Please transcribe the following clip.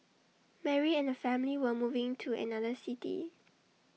Mary and her family were moving to another city